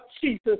Jesus